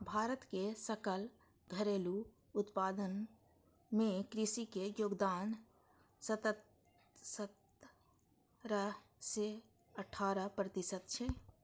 भारत के सकल घरेलू उत्पादन मे कृषि के योगदान सतरह सं अठारह प्रतिशत छै